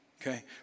okay